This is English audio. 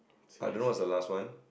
I don't know what's the last one